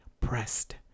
pressed